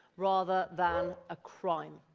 rather than a crime.